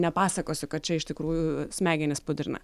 nepasakosiu kad čia iš tikrųjų smegenis pudrina